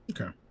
Okay